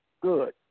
good